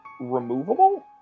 removable